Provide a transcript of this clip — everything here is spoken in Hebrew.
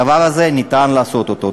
הדבר הזה, ניתן לעשות אותו.